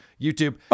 YouTube